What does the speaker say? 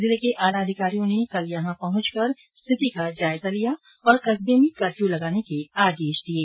जिले के आला अधिकारियों ने कल यहां पहुंच कर स्थिति का जायजा लिया और कस्बे में कर्फ्यू लगाने के आदेश कर दिये